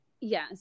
yes